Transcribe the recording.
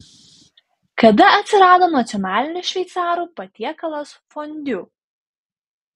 kada atsirado nacionalinis šveicarų patiekalas fondiu